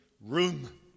room